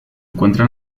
encuentra